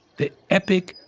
the epic,